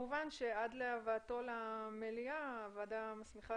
כמובן שעד להבאתו למליאה הוועדה מסמיכה